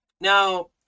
Now